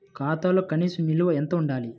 ఖాతాలో కనీస నిల్వ ఎంత ఉండాలి?